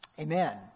Amen